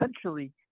essentially